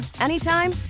anytime